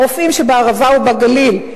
ברופאים בערבה ובגליל?